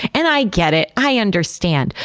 and i get it, i understand.